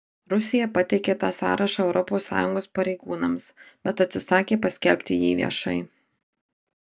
rusija pateikė tą sąrašą europos sąjungos pareigūnams bet atsisakė paskelbti jį viešai